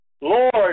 Lord